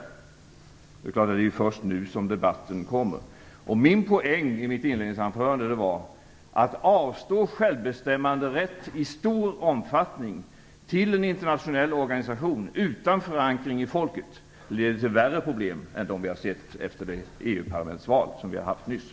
Det är klart att det är först nu som debatten kommer. Min poäng i mitt inledningsanförande var följande: Att avstå självbestämmanderätt i stor omfattning till en internationell organisation utan förankring i folket leder till värre problem än dem vi har sett efter det EU-parlamentsval som vi nyss har haft.